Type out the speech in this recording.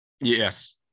Yes